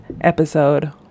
episode